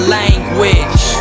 language